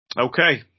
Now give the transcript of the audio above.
okay